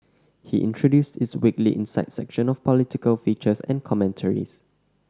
he introduced its weekly Insight section of political features and commentaries